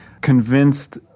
convinced